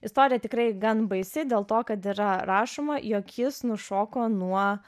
istorija tikrai gan baisi dėl to kad yra rašoma jog jis nušoko nuo